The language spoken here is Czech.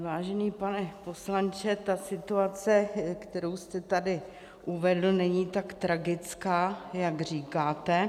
Vážený pane poslanče, situace, kterou jste tady uvedl, není tak tragická, jak říkáte.